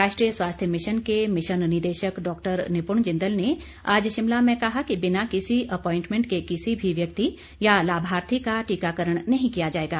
राष्ट्रीय स्वास्थ्य मिशन के मिशन निदेशक डॉक्टर निपुण जिंदल ने आज शिमला में कहा कि बिना किसी अप्वांईटमेंट के किसी भी व्यक्ति या लाभार्थी का टीकाकरण नहीं किया जाएगा